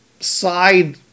side